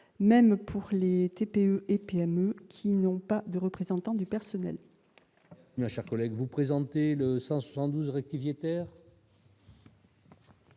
même pour les TPE et PME qui n'ont pas de représentant du personnel.